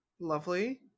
Lovely